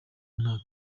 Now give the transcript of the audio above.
nta